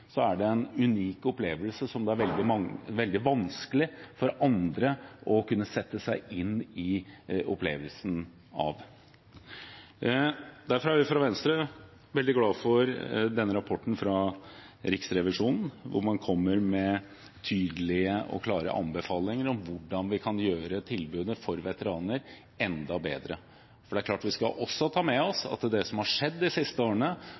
er en unik opplevelse som det er veldig vanskelig for andre å sette seg inn i. Derfor er vi fra Venstre veldig glade for denne rapporten fra Riksrevisjonen, hvor man kommer med tydelige og klare anbefalinger om hvordan vi kan gjøre tilbudet til veteraner enda bedre. Vi skal også ta med oss at det som har skjedd de siste årene